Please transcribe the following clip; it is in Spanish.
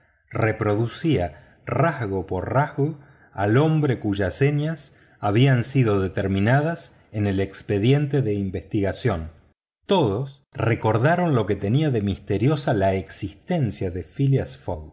reproducía rasgo por rasgo al hombre cuyas señas habían sido determinadas en el expediente de investigación todos recordaron lo que tenía de misteriosa la existencia de phileas